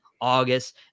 August